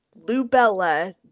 Lubella